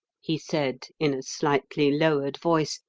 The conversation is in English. he said, in a slightly lowered voice,